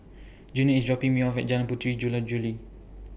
Junior IS dropping Me off At Jalan Puteri Jula Juli